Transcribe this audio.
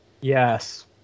Yes